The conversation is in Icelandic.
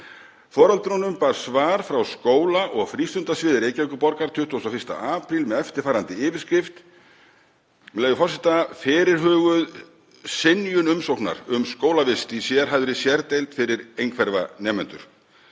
Foreldrunum barst svar frá skóla- og frístundasviði Reykjavíkurborgar 21. apríl með eftirfarandi yfirskrift, með leyfi forseta: „Fyrirhuguð synjun umsóknar um skólavist í sérhæfðri sérdeild fyrir einhverfa nemendur.“